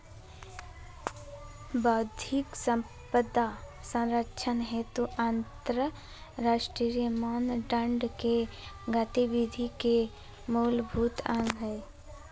बौद्धिक संपदा संरक्षण हेतु अंतरराष्ट्रीय मानदंड के गतिविधि के मूलभूत अंग हइ